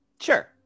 Sure